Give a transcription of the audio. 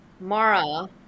Mara